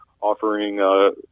offering